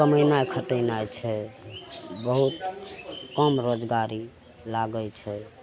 कमेनाइ खटेनाइ छै बहुत कम रोजगारी लागै छै